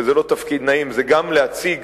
וזה לא תפקיד נעים, זה גם להציג